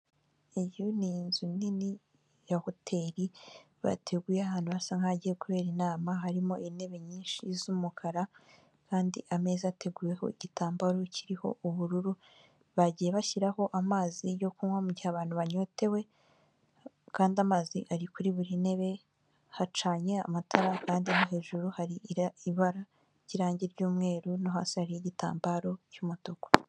Famili inshuwarensi, iyi ngiyi ni ubwishingizi bw'umuryango wawe ku bihereranye n'indwara, amashuri ndetse n'ibindi bitandukanye, urugero amazu nk'imirima n'ibindi.